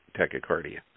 tachycardia